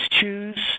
choose